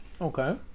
Okay